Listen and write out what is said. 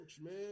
man